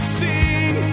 sing